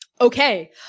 Okay